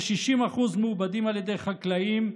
כ-60% מעובדים על ידי חקלאים,